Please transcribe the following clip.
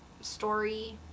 story